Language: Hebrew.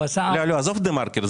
הוא עשה --- עזוב דה-מרקר,